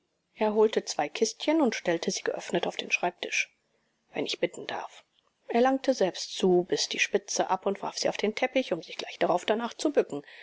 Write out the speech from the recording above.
er holte zwei kistchen und stellte sie geöffnet auf den schreibtisch wenn ich bitten darf er langte selbst zu biß die spitze ab und warf sie auf den teppich um sich gleich darauf danach zu bücken